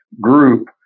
group